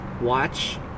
watch